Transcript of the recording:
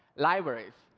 libraries,